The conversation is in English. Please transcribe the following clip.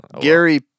Gary